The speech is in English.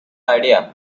idea